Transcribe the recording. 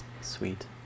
Sweet